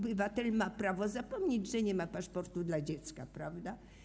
Obywatel ma prawo zapomnieć, że nie ma paszportu dla dziecka, prawda?